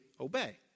obey